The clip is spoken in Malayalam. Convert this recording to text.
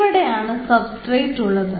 ഇവിടെ ആണ് സബ്സ്ട്രേറ്റ് ഉള്ളത്